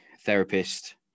therapist